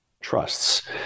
trusts